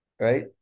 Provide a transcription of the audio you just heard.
right